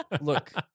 Look